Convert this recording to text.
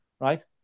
right